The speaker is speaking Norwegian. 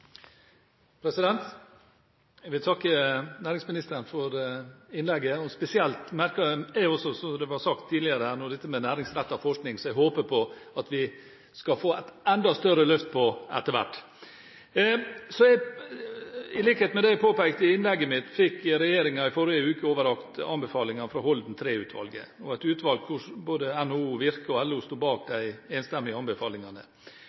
til. Jeg vil takke næringsministeren for innlegget. Spesielt merket jeg meg, som det var sagt her tidligere, dette med næringsrettet forskning, som jeg håper vi skal få et enda større løft på etter hvert. I likhet med det jeg påpekte i innlegget mitt, fikk regjeringen i forrige uke overbrakt anbefalinger fra Holden III-utvalget, et utvalg der både LO, NHO og Virke sto bak de enstemmige anbefalingene.